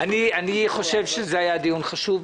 אני חושב שזה היה דיון חשוב.